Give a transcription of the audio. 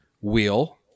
wheel